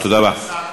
תודה רבה.